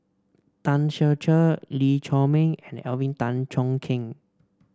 Tan Ser Cher Lee Chiaw Meng and Alvin Tan Cheong Kheng